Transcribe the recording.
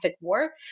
war